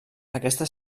aquesta